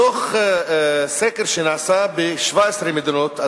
מתוך סקר שנעשה ב-17 מדינות,